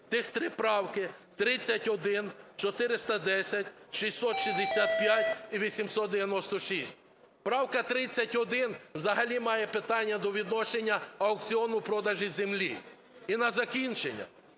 тих три правки: 31, 410, 665 і 896. Правка 31 взагалі має питання до відношення аукціону продажу землі. І на закінчення.